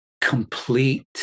complete